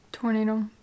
Tornado